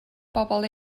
bobol